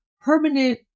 permanent